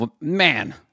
man